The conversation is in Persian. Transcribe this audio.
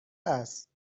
است